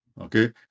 Okay